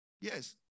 Yes